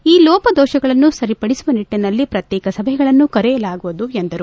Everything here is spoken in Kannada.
ಈ ಲೋಪದೋಷಗಳನ್ನು ಸರಿಪಡಿಸುವ ನಿಟ್ಟನಲ್ಲಿ ಪ್ರತ್ಯೇಕ ಸಭೆಗಳನ್ನು ಕರೆಯಲಾಗುವುದು ಎಂದರು